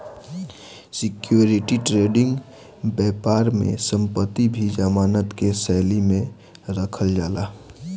security trading बैपार में संपत्ति भी जमानत के शैली में रखल जाला